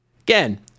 again